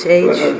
age